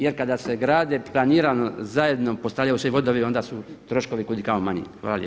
Jer kada se grade planirano zajedno, postavljaju se i vodovi onda su troškovi kud i kamo manji.